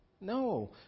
No